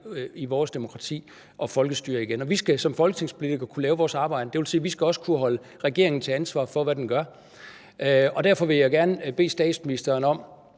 i vores demokrati og folkestyre igen, og vi skal som folketingspolitikere kunne lave vores arbejde. Det vil også sige, at vi skal kunne holde regeringen ansvarlig for, hvad den gør. Derfor vil jeg gerne bede statsministeren om